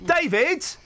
David